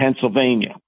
Pennsylvania